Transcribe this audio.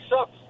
sucks